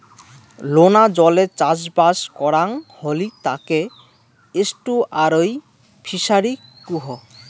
লোনা জলে চাষবাস করাং হলি তাকে এস্টুয়ারই ফিসারী কুহ